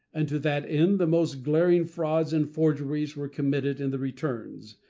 and to that end the most glaring frauds and forgeries were committed in the returns,